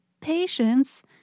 patience